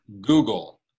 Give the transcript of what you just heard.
Google